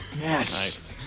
Yes